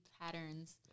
patterns